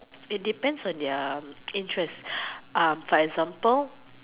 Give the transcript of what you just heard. it depends on their interest for example